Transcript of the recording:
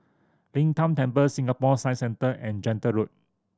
Lin Tan Temple Singapore Science Centre and Gentle Road